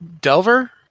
Delver